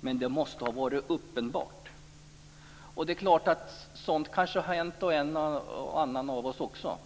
men det måste ha varit uppenbart. Sådant kanske har hänt en och annan av oss andra också.